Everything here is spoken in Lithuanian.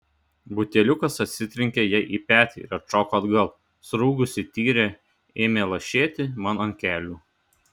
buteliukas atsitrenkė jai į petį ir atšoko atgal surūgusi tyrė ėmė lašėti man ant kelių